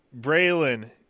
Braylon